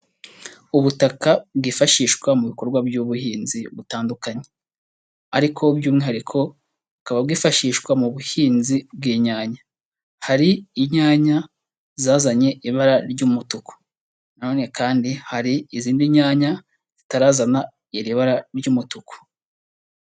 Ubutaka bwifashishwa mu bikorwa by'ubuhinzi butandukanye ariko by'umwihariko bukaba bwifashishwa mu buhinzi bw'inyanya, hari inyanya zazanye ibara ry'umutuku, nanone kandi hari izindi nyanya zitarazana iri bara ry'umutuku.